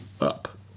up